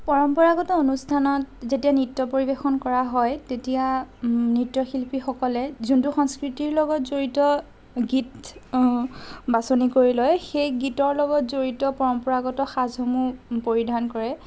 পৰম্পৰাগত অনুষ্ঠানত যেতিয়া নৃত্য পৰিৱেশন কৰা হয় তেতিয়া নৃত্যশিল্পীসকলে যোনটো সংস্কৃতিৰ লগত জড়িত গীত বাছনি কৰি লয় সেই গীতৰ লগত জড়িত পৰম্পৰাগত সাজসমূহ পৰিধান কৰে